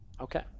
Okay